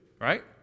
right